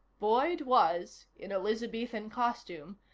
boyd was, in elizabethan costume,